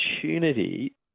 opportunity –